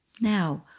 Now